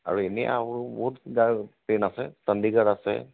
আৰু এনেই আৰু বহুত কিবা ট্ৰেইন আছে চডীগড় আছে